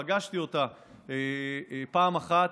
פגשתי אותה פעם אחת.